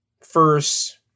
first